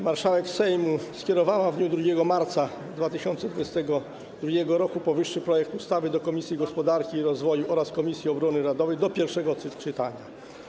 Marszałek Sejmu skierowała w dniu 2 marca 2022 r. powyższy projekt ustawy do Komisji Gospodarki i Rozwoju oraz Komisji Obrony Narodowej do pierwszego czytania.